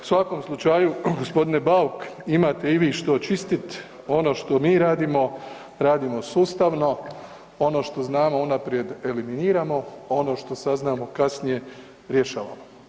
U svakom slučaju gospodine Bauk imate i vi što čistit ono što mi radimo, radimo sustavno, ono što znamo unaprijed eliminiramo, ono što saznamo kasnije rješavamo.